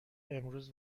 امروز